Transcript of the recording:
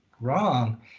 wrong